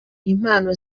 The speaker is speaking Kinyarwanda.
impano